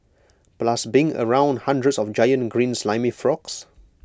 plus being around hundreds of giant green slimy frogs